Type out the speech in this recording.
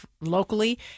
locally